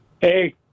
Hey